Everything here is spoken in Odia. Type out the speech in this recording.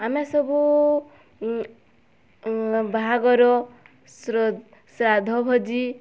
ଆମେ ସବୁ ବାହାଘର ଶ୍ରାଦ୍ଧ ଭୋଜି